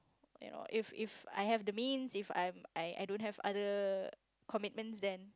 you know if if I have the means if I'm I don't have other commitments then